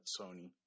Sony